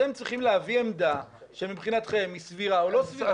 אתם צריכים להביא עמדה שמבחינתכם היא סבירה או לא סבירה.